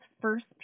first